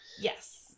Yes